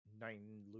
nine